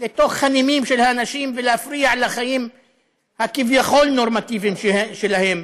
לתוך הנימים של האנשים ולהפריע לחיים הכביכול-נורמטיביים שלהם,